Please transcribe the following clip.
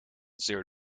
zeer